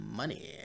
money